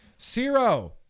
Zero